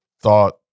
thought